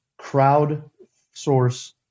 Crowdsource